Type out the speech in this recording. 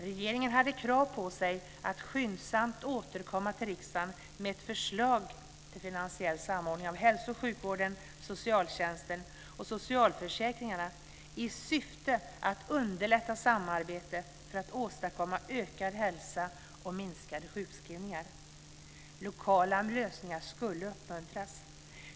Regeringen hade krav på sig att skyndsamt återkomma till riksdagen med ett förslag till finansiell samordning av hälso och sjukvården, socialtjänsten och socialförsäkringen i syfte att underlätta samarbete för att åstadkomma ökad hälsa och färre sjukskrivningar. Lokala lösningar skulle uppmuntras.